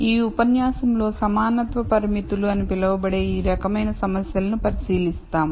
ఈ ఉపన్యాసంలో సమానత్వ పరిమితులు అని పిలువబడే ఈ రకమైన సమస్యలను పరిశీలిస్తాము